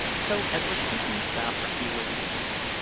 so as we're thinking about our keyword research,